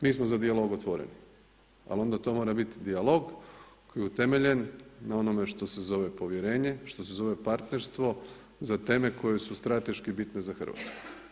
Mi smo za dijalog otvoreni, ali onda to mora biti dijalog koji je utemeljen na onome što se zove povjerenje, što se zove partnerstvo za teme koje su strateški bitne za Hrvatsku.